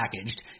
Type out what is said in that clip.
packaged